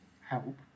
help